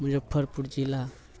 मुजफ्फरपुर जिला